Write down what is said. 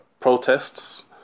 protests